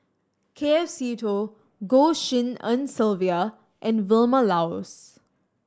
K F Seetoh Goh Tshin En Sylvia and Vilma Laus